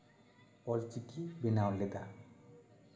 ᱚᱞᱪᱤᱠᱤ ᱵᱮᱱᱟᱣ ᱞᱮᱫᱟ